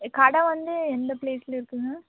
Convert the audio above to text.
ஆ கடை வந்து எந்த ப்ளேஸில் இருக்குதுங்க